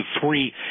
three